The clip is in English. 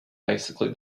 basically